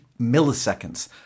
milliseconds